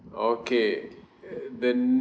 okay uh then